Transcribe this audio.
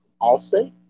Austin